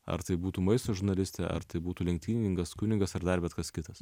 ar tai būtų maisto žurnalistė ar tai būtų lenktynininkas kunigas ar dar bet kas kitas